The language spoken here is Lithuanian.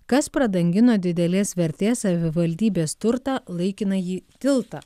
kas pradangino didelės vertės savivaldybės turtą laikinąjį tiltą